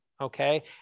okay